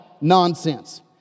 nonsense